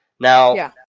Now